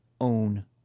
own